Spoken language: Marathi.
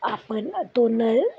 आपण तो नळ